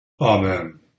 Amen